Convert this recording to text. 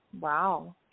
wow